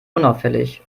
unauffällig